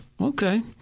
Okay